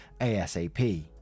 ASAP